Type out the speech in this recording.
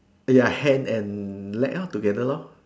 ya hand and leg lor together lor